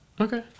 okay